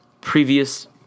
previous